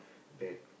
bad